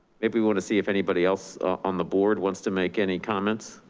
maybe we wanna see if anybody else on the board wants to make any comments.